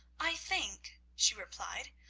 i think, she replied,